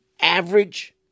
average